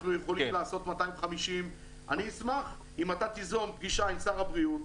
אנחנו יכולים לעשות 250. אשמח אם תיזום פגישה עם שר הבריאות.